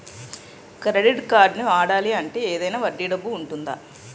Credit కార్డ్ని వాడాలి అంటే ఏదైనా వడ్డీ డబ్బు ఉంటుందా?